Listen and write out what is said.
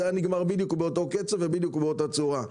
זה היה נגמר בדיוק באותו הקצב ובאותה הצורה.